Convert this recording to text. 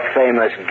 famous